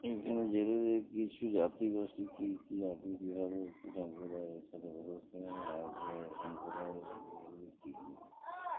এখানে জেলে যে কিছু জাতিগোষ্ঠী কী কী আপনি কীভাবে সম্প্রদায়ের সাথে ক